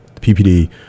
PPD